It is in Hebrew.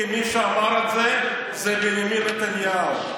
מי שאמר את זה הוא בנימין נתניהו.